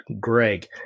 Greg